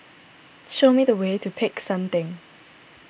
show me the way to Peck San theng